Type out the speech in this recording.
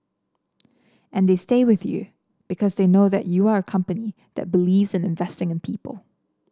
and they stay with you because they know that you are a company that believes in investing in people